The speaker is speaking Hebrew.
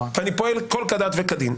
ואני פועל הכל כדת וכדין.